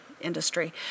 industry